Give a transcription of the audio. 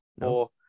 No